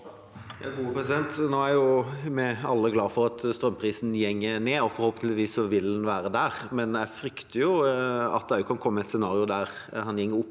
Nå er vi alle glad for at strømprisen går ned, og forhåpentligvis vil den være der. Men jeg frykter at det kan komme et scenario der prisen går opp